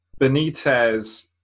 Benitez